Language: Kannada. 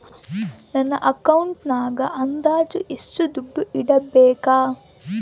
ನನ್ನ ಅಕೌಂಟಿನಾಗ ಅಂದಾಜು ಎಷ್ಟು ದುಡ್ಡು ಇಡಬೇಕಾ?